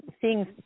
seeing